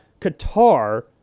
Qatar